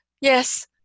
yes